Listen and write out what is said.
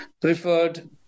preferred